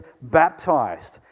baptized